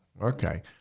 Okay